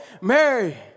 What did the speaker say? Mary